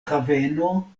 haveno